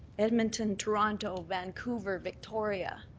edmonton, toronto, vancouver, victoria,